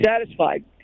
satisfied